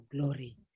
glory